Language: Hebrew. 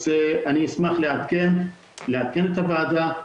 אני אשמח לעדכן את הוועדה.